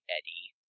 Eddie